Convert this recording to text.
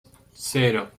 cero